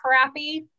crappy